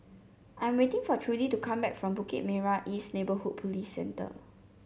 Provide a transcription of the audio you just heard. I am waiting for Trudy to come back from Bukit Merah East Neighbourhood Police Centre